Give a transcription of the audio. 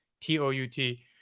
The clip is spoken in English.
T-O-U-T